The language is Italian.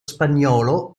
spagnolo